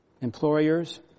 employers